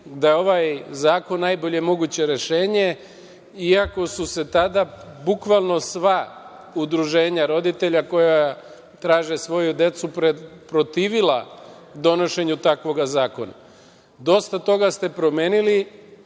da je ovaj zakon najbolje moguće rešenje iako su se tada bukvalno sva udruženja roditelja koja traže svoju decu protivila donošenju takvog zakona. Dosta toga ste promenili